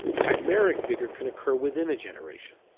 chimeric vigor can occur within a generation.